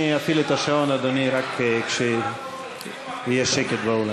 אני אפעיל את השעון, אדוני, רק כשיהיה שקט באולם.